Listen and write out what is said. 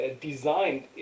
designed